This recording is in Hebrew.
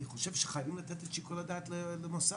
אני חושב שחייבים לתת את שיקול הדעת למוסד.